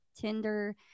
Tinder